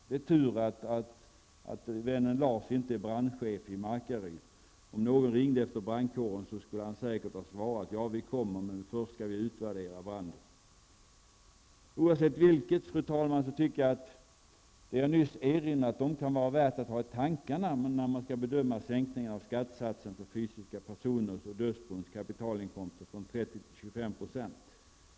Det är tur att vännen Lars inte är brandchef i Markaryd. Om någon hade ringt för att kalla på brandkåren skulle han säkert ha svarat: Ja, vi kommer, men först skall vi utvärdera branden. Oavsett hur det förhåller sig, fru talman, tycker jag att det kan vara värt att ha det som jag nyss erinrat om i tankarna när frågan om en sänkning av skattesatsen för fysiska personers och dödsbons kapitalinkomster från 30 till 25 % skall bedömas.